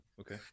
Okay